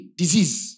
disease